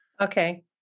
Okay